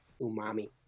umami